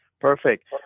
Perfect